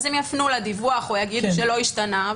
הם יפנו לדיווח או יגידו שלא השתנה.